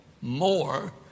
more